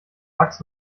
bugs